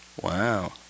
Wow